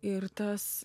ir tas